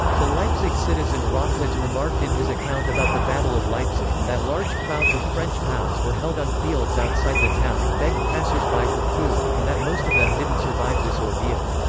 the leipzig citizen rochlitz remarked in his account about the battle of leipzig, that large crowds of french pows were held on fields outside the town, begged passersby for food, and that most of them didn't survive this ordeal.